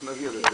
אנחנו נגיע לזה,